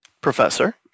Professor